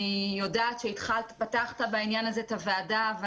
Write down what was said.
אני יודעת שפתחת בעניין הזה את הדיון בוועדה אבל